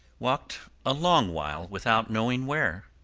walked a long while without knowing where,